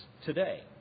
today